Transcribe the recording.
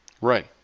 Right